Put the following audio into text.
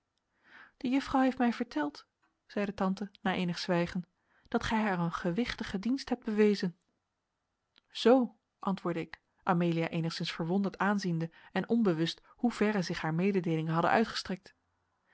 de juffrouw heeft mij verteld zeide tante na eenig zwijgen dat gij haar een gewichtigen dienst hebt bewezen zoo antwoordde ik amelia eenigszins verwonderd aanziende en onbewust hoe verre zich haar mededeelingen hadden uitgestrekt